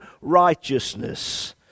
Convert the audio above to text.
righteousness